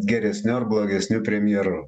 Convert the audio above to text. geresniu ar blogesniu premjeru